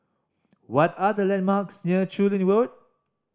what are the landmarks near Chu Lin Road